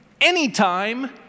anytime